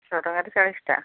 ଛଅ ଟଙ୍କାରେ ଚାଳିଶିଟା